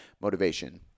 motivation